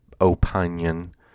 opinion